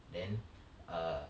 then err